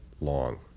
long